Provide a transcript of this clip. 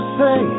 say